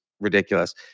ridiculous